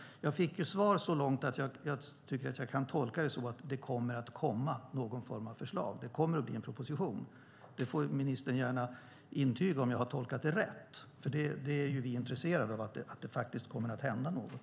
Jag fick svar så långt - jag tycker att jag kan tolka det så - att det kommer någon form av förslag, att det kommer att bli en proposition. Ministern får gärna intyga om jag har tolkat det rätt, för vi är ju intresserade av att det faktiskt kommer att hända något.